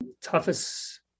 toughest